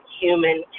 human